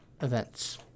events